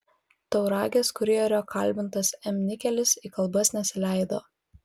tauragės kurjerio kalbintas m nikelis į kalbas nesileido